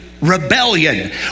rebellion